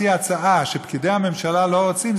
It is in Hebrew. שאם חבר כנסת מציע הצעה שפקידי הממשלה לא רוצים,